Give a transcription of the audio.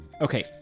Okay